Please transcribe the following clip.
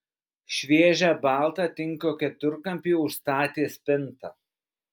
šviežią baltą tinko keturkampį užstatė spinta